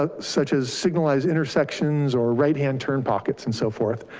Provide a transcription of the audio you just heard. ah such as signalized intersections or right hand turn pockets and so forth.